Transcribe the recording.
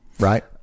Right